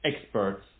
experts